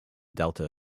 delta